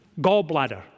gallbladder